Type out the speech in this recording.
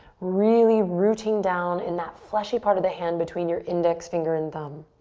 really rooting down in that fleshy part of the hand between your index finger and thumb.